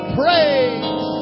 praise